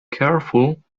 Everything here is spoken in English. careful